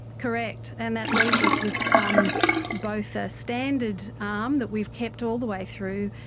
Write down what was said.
correct, and that leaves us with um both a standard arm that we've kept all the way through,